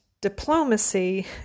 diplomacy